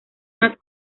más